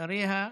אחריה,